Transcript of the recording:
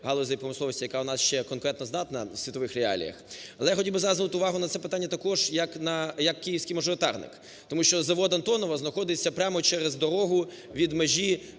галузей промисловості, яка в нас ще конкурентоздатна в світових реаліях, але я хотів би зараз звернути увагу на це питання також як київський мажоритарник, тому що завод "Антонов" знаходиться прямо через дорогу від межі